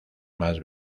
más